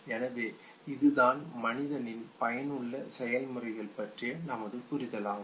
எனவே இதுதான் மனிதனின் பயனுள்ள செயல்முறைகள் பற்றிய நமது புரிதலாகும்